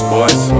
Boys